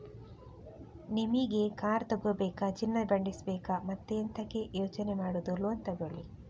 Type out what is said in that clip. ನಿಮಿಗೆ ಕಾರ್ ತಗೋಬೇಕಾ, ಚಿನ್ನ ಮಾಡಿಸ್ಬೇಕಾ ಮತ್ತೆಂತಕೆ ಯೋಚನೆ ಮಾಡುದು ಲೋನ್ ತಗೊಳ್ಳಿ